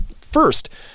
first